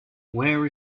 where